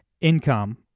income